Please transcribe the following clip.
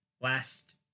last